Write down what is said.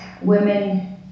women